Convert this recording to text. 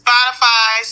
Spotify